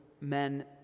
men